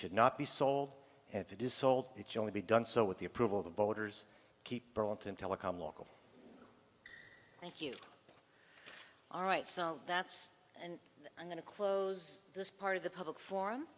should not be sold and if it is so old it's only be done so with the approval of the voters keep burlington telecom local thank you all right so that's and i'm going to close this part of the public forum